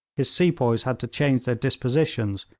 his sepoys had to change their dispositions,